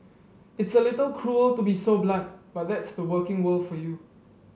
it's a little cruel to be so blunt but that's the working world for you